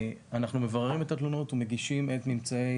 אנחנו מבררים את התלונות ומגישים את ממצאי